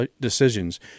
decisions